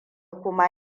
kuma